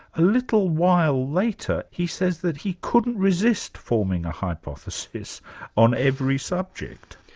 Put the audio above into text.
a little while later he says that he couldn't resist forming a hypothesis on every subject.